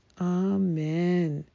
Amen